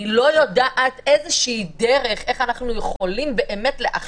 אני לא יודעת איזו דרך איך אנו יכולים להכשיר